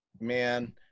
Man